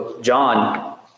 John